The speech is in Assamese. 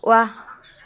ৱাহ